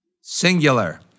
Singular